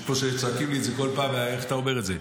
יש פה שצועקים את זה כל פעם, איך אתה אומר את זה.